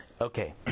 Okay